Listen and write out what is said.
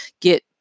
get